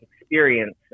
experience